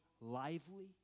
lively